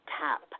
tap